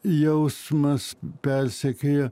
jausmas persekioja